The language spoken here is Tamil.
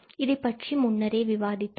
இதை பற்றி நாம் முன்னரே விவாதித்தோம்